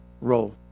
roll